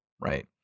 Right